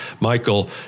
Michael